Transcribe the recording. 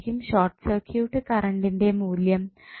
എന്തായിരിക്കും short circuit കറൻറ്ന്റെ മൂല്യം